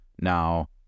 now